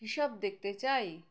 হিসাব দেখতে চাই